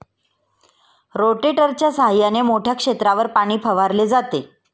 रोटेटरच्या सहाय्याने मोठ्या क्षेत्रावर पाणी फवारले जाते